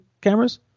cameras